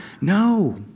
No